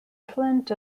flint